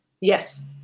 Yes